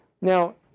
Now